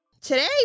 Today